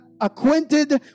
acquainted